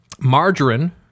margarine